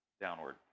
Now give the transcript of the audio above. downward